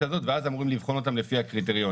הזאת ואז אמורים לבחון אותם לפי הקריטריונים.